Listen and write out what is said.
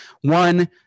One